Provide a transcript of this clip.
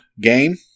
game